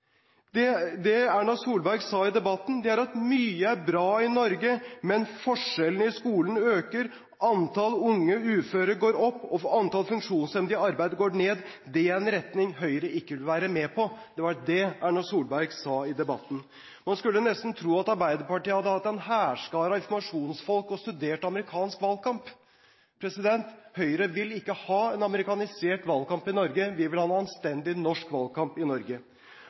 fra? Det Erna Solberg sa i debatten, var at mye er bra i Norge, men forskjellene i skolen øker, antall unge uføre går opp og antall funksjonshemmede i arbeid går ned, og det er en retning Høyre ikke vil være med på. Det var dét Erna Solberg sa i debatten. Man skulle nesten tro at Arbeiderpartiet hadde hatt en hærskare av informasjonsfolk og studert amerikansk valgkamp. Høyre vil ikke ha en amerikanisert valgkamp i Norge; vi vil ha en anstendig norsk valgkamp i Norge.